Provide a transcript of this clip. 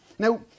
Now